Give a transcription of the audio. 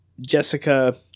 jessica